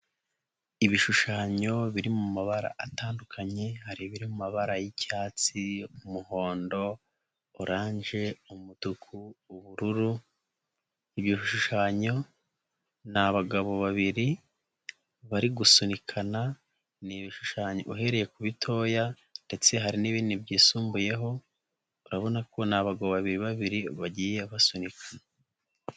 Ibishushanyo biri mu mabara atandukanye hari ibiri mabara y'icyatsi, umuhondo, oranje, umutuku, ubururu, ib bishushanyo ni abagabo babiri bari gusunikana, ni ibishushanyo uhereye ku bitoya, ndetse hari n'ibindi byisumbuyeho urabona ko ni abagabo babiri babiri bagiye basunikana.